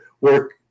work